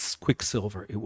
Quicksilver